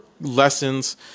lessons